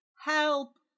help